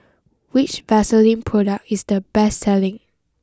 which Vaselin product is the best selling